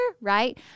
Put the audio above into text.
Right